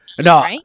No